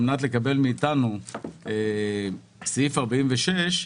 כדי לקבל מאתנו סעיף 46,